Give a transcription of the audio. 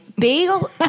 Bagel